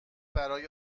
برای